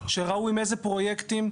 שראו עם איזה פרויקטים,